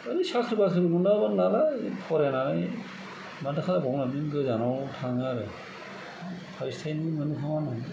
ओरैनो साख्रि बाख्रिफोरबो मोनलाबोनालाय फरायनानै माथो खालायबावनो होननानै गोजानाव थाङो आरो थाइसे थाइनै मोनो खोमा होननानै